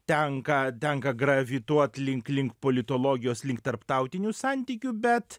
tenka tenka gravituot link link politologijos link tarptautinių santykių bet